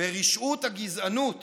ורשעות הגזענות